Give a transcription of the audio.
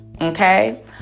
Okay